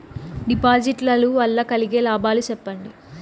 డిపాజిట్లు లు వల్ల కలిగే లాభాలు సెప్పండి?